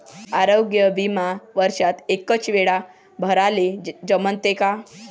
आरोग्य बिमा वर्षात एकवेळा भराले जमते का?